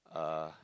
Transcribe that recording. uh